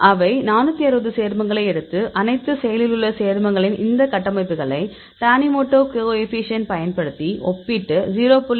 அவை 460 சேர்மங்களை எடுத்து அனைத்து செயலில் உள்ள சேர்மங்களின் இந்த கட்டமைப்புகளை டானிமோடோ கோஎஃபீஷியேன்ட்டை பயன்படுத்தி ஒப்பிட்டு 0